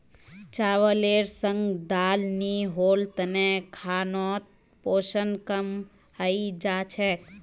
चावलेर संग दाल नी होल तने खानोत पोषण कम हई जा छेक